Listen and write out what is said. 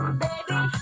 baby